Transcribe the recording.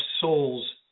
souls